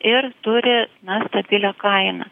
ir turi na stabilią kainą